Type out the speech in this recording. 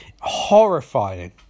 Horrifying